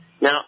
Now